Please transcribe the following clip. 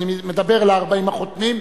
אני מדבר ל-40 החותמים,